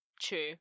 true